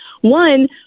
One